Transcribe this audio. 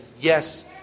yes